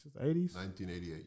1988